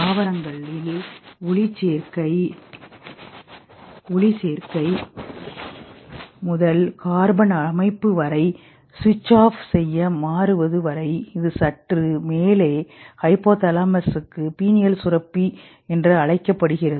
தாவரங்களில் ஒளிச்சேர்க்கை முதல் கார்பன் அமைப்பு வரை சுவிட்ச் ஆஃப் செய்ய மாறுவது வரை இதுசற்று மேலே ஹைபோதாலமஸுக்கு பினியல் சுரப்பி என்று அழைக்கப்படுகிறது